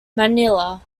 manila